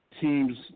teams